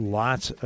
lots